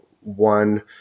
one